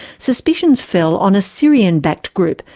suspicions fell on a syrian-backed group,